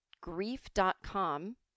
Grief.com